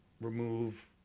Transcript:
remove